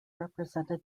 represented